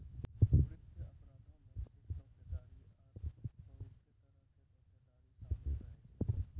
वित्तीय अपराधो मे चेक धोखाधड़ी आरु बहुते तरहो के धोखाधड़ी शामिल रहै छै